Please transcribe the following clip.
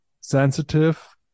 sensitive